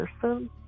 person